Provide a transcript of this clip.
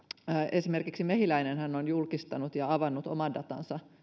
esimerkiksi mehiläinenhän on julkistanut ja avannut oman datansa